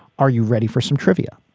are you ready for some trivia?